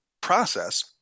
process